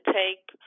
take